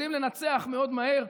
יודעים לנצח מאוד מהר,